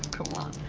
come on.